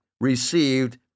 received